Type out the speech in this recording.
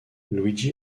luigi